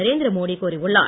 நரேந்திர மோடி கூறியுள்ளார்